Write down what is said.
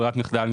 ברירת מחדל.